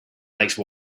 make